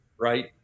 right